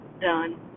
done